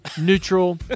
neutral